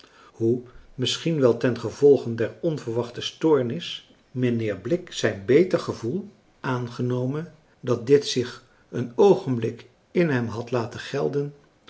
misschien wel ten gevolge der onverwachte stoornis mijnheer blik zijn beter gevoel aangenomen dat dit zich een oogenblik in hem had laten gelden